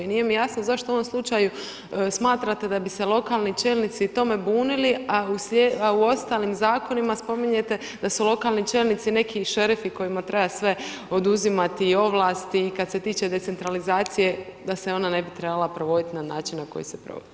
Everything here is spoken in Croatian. Nije mi jasno, zašto u ovom slučaju smatrate da bi se lokalni čelnici tome bunili, a u ostalim zakonima spominjete da su lokalni čelnici neki šerifi kojima treba sve oduzimati i ovlasti i kad se tiče decentralizacije, da se ona ne bi trebala provoditi na način, na koji se provodi.